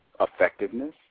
effectiveness